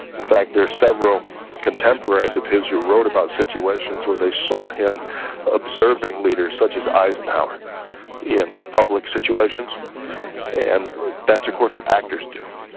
in fact there are several contemporaries of his who wrote about situations when they saw him observing leaders such as eisenhower in public situations and that's of course what actors do,